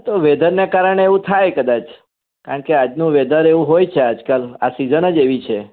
તો વેધરના કારણે એવું થાય કદાચ કારણ કે આજનું વેધર એવું હોય છે આજકાલ આ સિઝન જ એવી છે